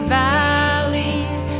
valleys